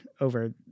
over